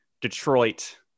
Detroit